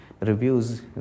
reviews